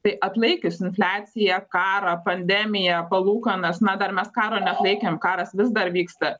tai atlaikius infliaciją karą pandemiją palūkanas na dar mes karo neatlaikėm karas vis dar vyksta